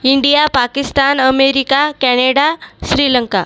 India Pakistan America Canada Sri Lanka